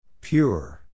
Pure